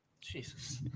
jesus